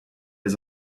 les